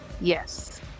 Yes